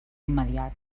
immediat